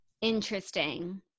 Interesting